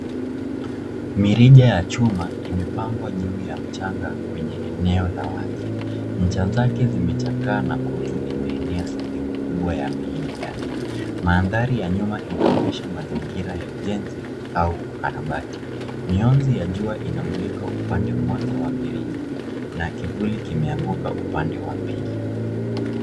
Mirija ya chuma imepangwa juu ya mchanga kwenye eneo la wazi. Ncha zake zimechakaa na kutu imeenea sehemu kubwa ya miili yake. Mandhari ya nyuma inaonyesha mazingira ya ujenzi au ukarabati. Mionzi ya jua inamulika upande mmoja wa mirija na kivuli kimeanguka upande wa pili.